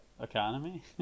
economy